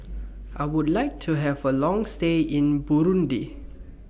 I Would like to Have A Long stay in Burundi